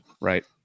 right